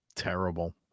terrible